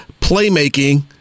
playmaking